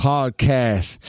Podcast